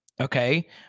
okay